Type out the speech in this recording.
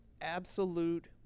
absolute